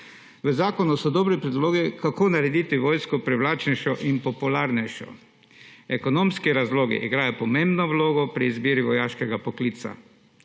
V zakonu so dobri predlogi, kako narediti vojsko privlačnejšo in popularnejšo. Ekonomski razlogi igrajo pomembno vlogo pri izbiri vojaškega poklica,